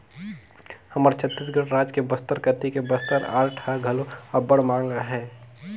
हमर छत्तीसगढ़ राज के बस्तर कती के बस्तर आर्ट ह घलो अब्बड़ मांग अहे